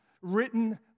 written